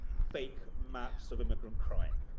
fake maps of immigrant crime.